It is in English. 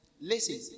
Listen